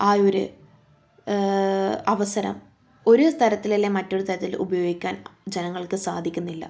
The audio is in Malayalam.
ആ ഒരു അവസരം ഒരു തരത്തിൽ അല്ലെങ്കിൽ മറ്റൊരു തരത്തിൽ ഉപയോഗിക്കാൻ ജനങ്ങൾക്ക് സാധിക്കുന്നില്ല